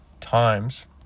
times